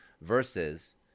Versus